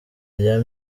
rya